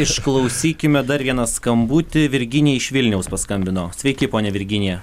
išklausykime dar vieną skambutį virginija iš vilniaus paskambino sveiki ponia virginija